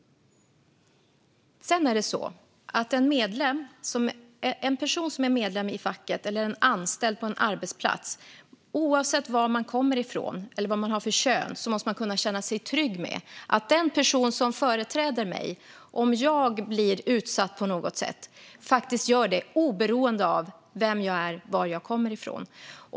Sedan är det så här: Om man är medlem i facket eller anställd på en arbetsplats måste man, oavsett var man kommer ifrån och vad man har för kön, kunna känna sig trygg med att den person som företräder en om man på något sätt blir utsatt faktiskt gör det oberoende av vem man är och var man kommer ifrån.